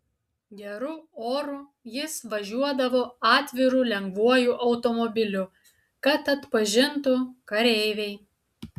geru oru jis važiuodavo atviru lengvuoju automobiliu kad atpažintų kareiviai